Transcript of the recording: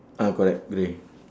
ah correct grey